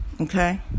okay